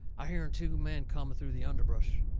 i hearn two men coming through the underbrush.